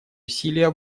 усилия